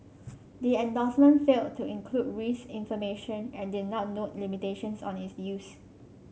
the endorsement failed to include risk information and did not note limitations on its use